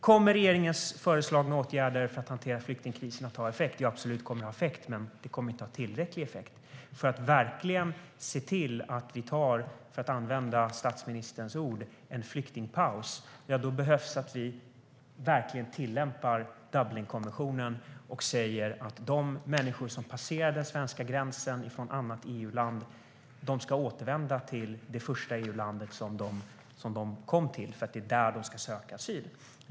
Kommer regeringens föreslagna åtgärder för att hantera flyktingkrisen att ha effekt? Ja, absolut kommer de att ha effekt, men de kommer inte att ha tillräcklig effekt. För att vi verkligen ska se till att vi tar, för att använda statsministerns ord, en flyktingpaus behöver vi verkligen tillämpa Dublinkonventionen och säga att de människor som passerar den svenska gränsen från annat EU-land ska återvända till det första EU-land som de kom till, för det är där de ska söka asyl.